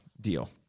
deal